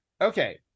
Okay